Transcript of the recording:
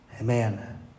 Amen